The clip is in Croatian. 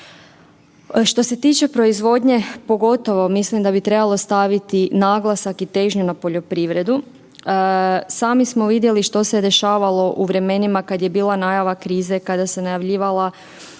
Što se tiče proizvodnje, pogotovo mislim da bi trebalo staviti naglasak i težnju na poljoprivredu. Sami smo vidjeli što se je dešavalo u vremenima kad je bila najava krize, kada se najavljivala